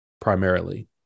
primarily